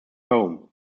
home